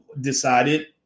decided